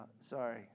Sorry